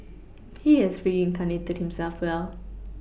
he has reincarnated himself well